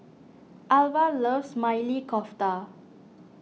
Alvah loves Maili Kofta